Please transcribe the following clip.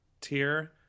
tier